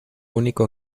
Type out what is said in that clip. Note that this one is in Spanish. único